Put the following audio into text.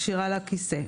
קשירה לכיסא,